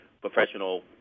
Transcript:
professional